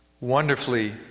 wonderfully